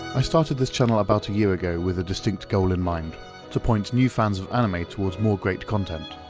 i started this channel about a year ago with a distinct goal in mind to point new fans of anime towards more great content.